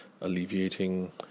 alleviating